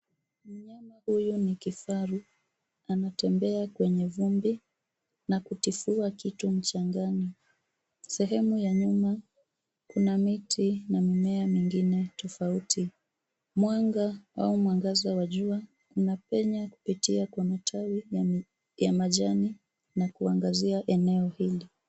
Mnyama huyu ni kifaru anatembea kwenye vumbi na kutifua kitu mchangani. Sehemu ya nyuma kuna miti na mimea mingine tofauti. Mwanga au mwangaza wajua unapenya kupitia kwa mitawi ya majani na kuangazia eneo hili.